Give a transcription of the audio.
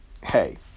hey